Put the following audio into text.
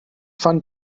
fand